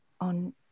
on